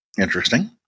Interesting